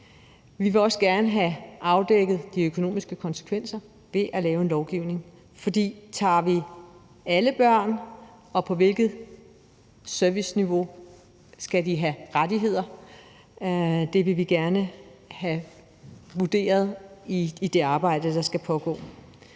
Vi vil også gerne have afdækket de økonomiske konsekvenser ved at lave en lovgivning. Tager vi alle børn? På hvilket serviceniveau skal de have rettigheder? Det vil vi gerne have vurderet i det arbejde, der skal pågå.